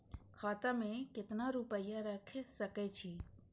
खाता में केतना रूपया रैख सके छी?